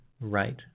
right